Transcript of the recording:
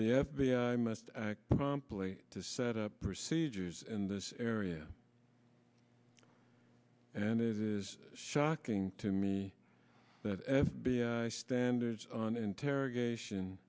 the f b i must act promptly to set up procedures in this area and it is shocking to me that f b i standards on interrogation